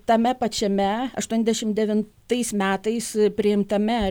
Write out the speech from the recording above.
tame pačiame aštuoniasdešim devintais metais priimtame